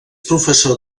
professor